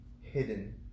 hidden